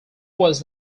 was